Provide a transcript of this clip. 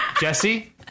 Jesse